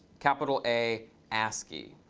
capital a, ascii,